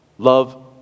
Love